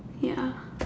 ya